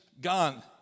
gone